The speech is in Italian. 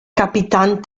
capitan